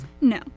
No